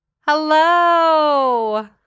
Hello